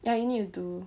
ya you need to do